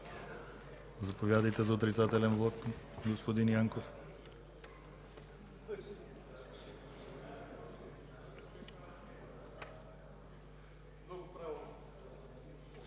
Заповядайте за отрицателен вот, господин Янков.